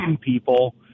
people